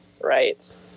Right